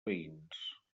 veïns